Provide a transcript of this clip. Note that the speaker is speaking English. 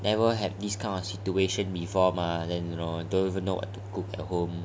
never have this kind of situation before mah then you know don't even know what to cook at home